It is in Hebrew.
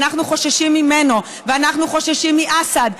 אנחנו חוששים ממנו ואנחנו חוששים מאסד,